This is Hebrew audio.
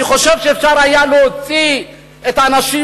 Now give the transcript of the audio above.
אני חושב שאפשר היה להוציא את האנשים